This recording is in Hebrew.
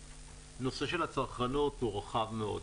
הנושא של הצרכנות הוא רחב מאוד.